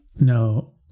No